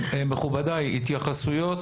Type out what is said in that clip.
מכובדיי, התייחסויות.